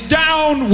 down